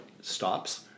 stops